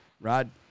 Rod